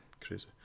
crazy